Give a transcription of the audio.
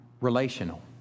relational